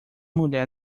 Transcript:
mulher